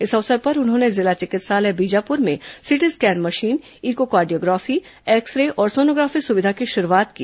इस अवसर पर उन्होंने जिला चिकित्सालय बीजापुर में CT scan machine echocardiography X ray और सोनोग्राफी सुविधा की शुरूआत की